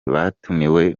batumiwe